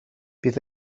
bydd